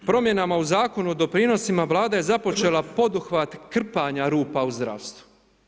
Promjenama u Zakonu o doprinosima, vlada je započela, poduhvat krpanja rupa u zdravstvu.